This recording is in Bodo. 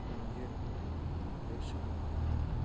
नुयो बे समावहाय